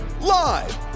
live